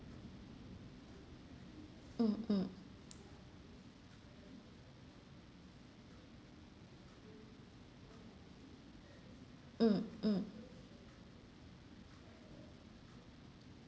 mm mm mm mm